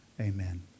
Amen